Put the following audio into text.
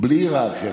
בלי היררכיה,